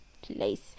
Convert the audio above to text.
place